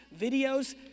videos